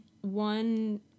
One